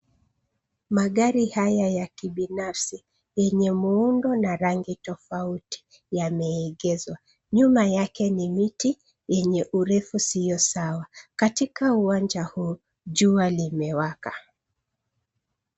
Magari haya ya kibinafsi yenye muundo na rangi tofauti , yameegezwa. nyuma yake ni miti yenye urefu sio sawa. Katika uwanja huu jua limewaka